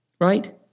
Right